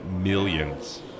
millions